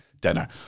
dinner